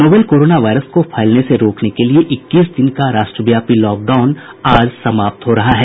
novel corona virus को फैलने से रोकने के लिए इक्कीस दिन का राष्ट्रव्यापी लॉकडाउन आज खत्म हो रहा है